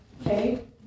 Okay